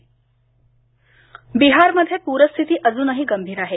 बिहार पर बिहारमध्ये पूरस्थिती अजूनही गंभीर आहे